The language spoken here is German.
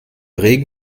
regen